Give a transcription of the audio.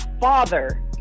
father